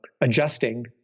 adjusting